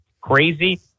Crazy